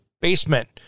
basement